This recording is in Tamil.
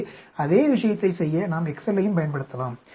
எனவே அதே விஷயத்தை செய்ய நாம் எக்செல்லையும் பயன்படுத்தலாம்